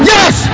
Yes